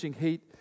heat